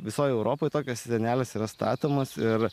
visoj europoj tokios sienelės yra statomos ir